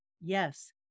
Yes